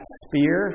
spear